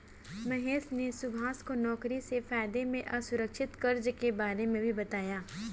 महेश ने सुभाष को नौकरी से फायदे में असुरक्षित कर्ज के बारे में भी बताया